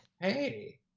hey